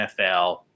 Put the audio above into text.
NFL